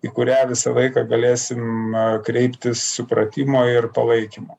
į kurią visą laiką galėsim kreiptis supratimo ir palaikymo